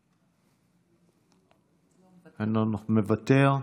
מוותר,